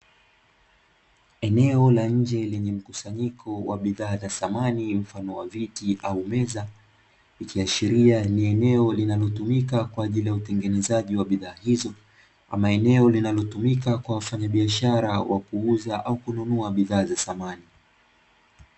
Eneo la nje lenye mkusanyiko wa bidhaa za samani mfano wa viti au meza, ikiashiria ni eneo linalotumika kwa ajili ya utengenezaji wa bidhaa hizo, ama eneo linalotumika kwa wafanyabiashara wa kuuza ama kununua bidhaa za samani.